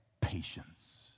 patience